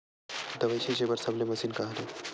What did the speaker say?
दवाई छिंचे बर सबले मशीन का हरे?